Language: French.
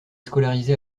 scolarisé